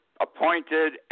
appointed